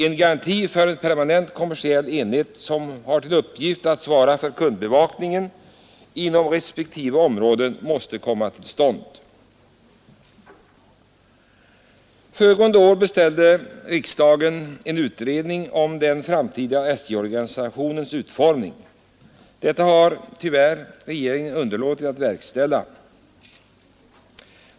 En garanti för att en permanent kommersiell enhet, som har till uppgift att svara för kundbevakningen inom respektive områden, måste komma till stånd, saknas följaktligen. Föregående år beställde riksdagen en utredning om den framtida SJ-organisationens utformning. Denna har regeringen tyvärr underlåtit att verkställa.